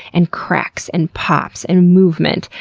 and cracks, and pops, and movement,